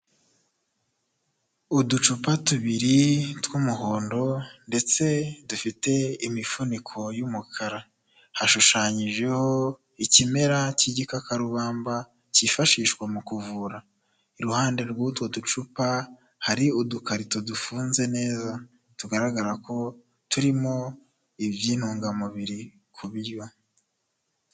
uUducupa tubiri tw'umuhondo ndetse dufite imifuniko y'umukara hashushanyijeho ikimera cy'igikakarubamba cyifashishwa mu kuvura iruhande rw'utwo ducupa hari udukarito dufunze neza tugaragara ko turimowo iby'intungamubiri ku biryo.